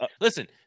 Listen